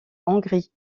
hongrie